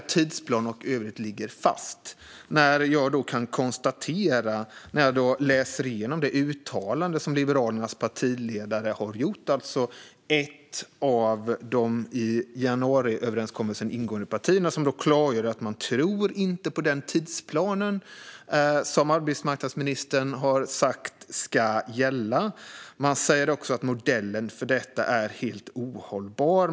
Tidsplanen och övrigt ligger dessutom fast. När jag läste igenom uttalandet från partiledaren för Liberalerna - alltså ett av de i januariöverenskommelsen ingående partierna - kunde jag dock konstatera att man klargör att man inte tror på den tidsplan som arbetsmarknadsministern har sagt ska gälla. Man säger också att modellen för detta är helt ohållbar.